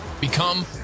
Become